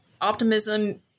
optimism